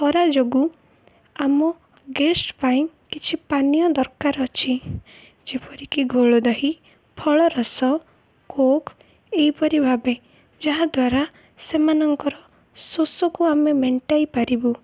ଖରା ଯୋଗୁଁ ଆମ ଗେଷ୍ଟ୍ ପାଇଁ କିଛି ପାନୀୟ ଦରକାର ଅଛି ଯେପରିକି ଘୋଳ ଦହି ଫଳରସ କୋକ୍ ଏହିପରି ଭାବେ ଯାହାଦ୍ୱାରା ସେମାନଙ୍କର ଶୋଷକୁ ଆମେ ମେଣ୍ଟାଇ ପାରିବୁ